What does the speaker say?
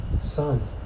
son